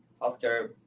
healthcare